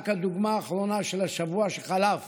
רק הדוגמה האחרונה של השבוע שחלף,